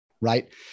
right